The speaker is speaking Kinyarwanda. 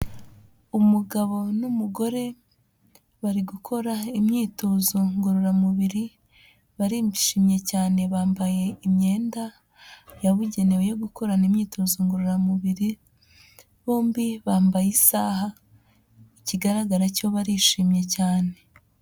Umugabo n'umugore bari gukora imyitozo ngororamubiri, barishimye cyane bambaye imyenda yabugenewe yo gukorana imyitozo ngororamubiri, bombi bambaye isaha ikigaragara cyo barishimye cyane.